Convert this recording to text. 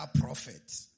prophet